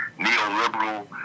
neoliberal